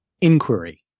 inquiry